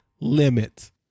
limits